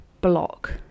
block